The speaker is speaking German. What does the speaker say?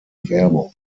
werbung